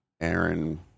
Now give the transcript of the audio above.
Aaron